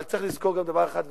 אבל צריך לזכור דבר אחד,